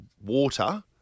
water